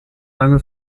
lange